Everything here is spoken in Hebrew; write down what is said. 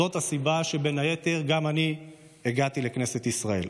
זאת הסיבה, בין היתר, שגם הגעתי לכנסת ישראל.